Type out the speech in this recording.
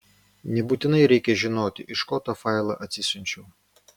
nebūtinai reikia žinoti iš ko tą failą atsisiunčiu